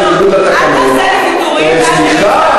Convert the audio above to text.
תעשה לי טובה,